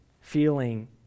feeling